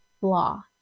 blah